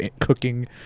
cooking